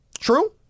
True